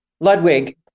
Ludwig